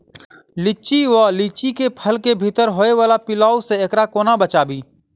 लिच्ची वा लीची केँ फल केँ भीतर होइ वला पिलुआ सऽ एकरा कोना बचाबी?